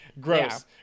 Gross